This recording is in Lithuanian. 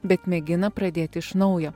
bet mėgina pradėti iš naujo